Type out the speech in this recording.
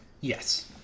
Yes